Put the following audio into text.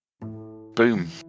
Boom